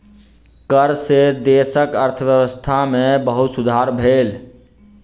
कर सॅ देशक अर्थव्यवस्था में बहुत सुधार भेल